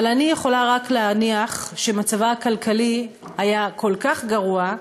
אבל אני יכולה רק להניח שמצבה הכלכלי היה כל כך גרוע,